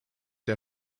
der